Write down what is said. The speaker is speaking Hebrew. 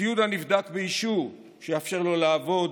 וציוד הנבדק באישור שיאפשר לו לעבוד,